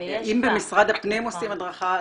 אם במשרד הפנים עושים הדרכה,